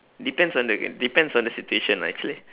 depends on the game depends on the situation lah actually